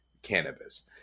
cannabis